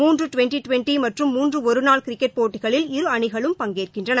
மூன்று twenty twenty மற்றும் மூன்று ஒரு நாள் கிரிக்கெட் போட்டிகளில் இரு அணிகளும் பங்கேற்கின்றன